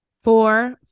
four